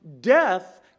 Death